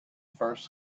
first